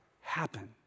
happen